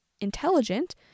intelligent